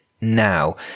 now